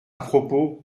propos